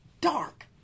dark